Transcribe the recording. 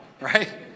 right